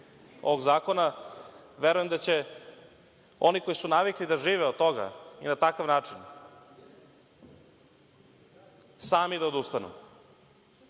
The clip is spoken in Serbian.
ovog zakona, verujem da će oni koji su navikli da žive od toga i na takav način sami da odustanu,